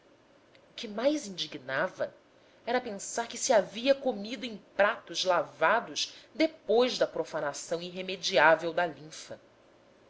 que mais indignava era pensar que se havia comido em pratos lavados depois da profanação irremediável da linfa